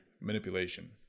manipulation